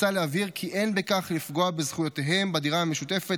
מוצע להבהיר כי אין בכך לפגוע בזכויותיהם בדירה המשותפת,